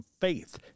Faith